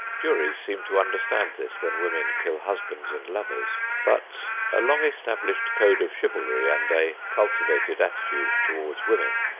juries seem to understand this when women kill husbands and lovers, but a long-established code of chivalry and a cultivated attitude toward women,